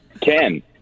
Ken